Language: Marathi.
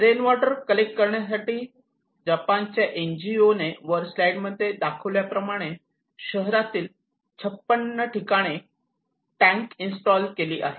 रेन वॉटर कलेक्ट करण्यासाठी जपानच्या एनजीओने वर स्लाईड मध्ये दाखविल्याप्रमाणे शहरातील 56 ठिकाणी टँक इन्स्टॉल केलेले आहे